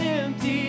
empty